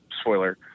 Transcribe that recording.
spoiler